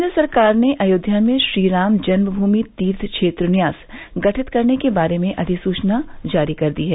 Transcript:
केन्द्र सरकार ने अयोध्या में श्रीराम जन्ममूमि तीर्थ क्षेत्र न्यास गठित करने के बारे में अधिसूचना जारी कर दी है